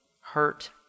hurt